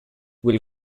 will